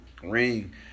ring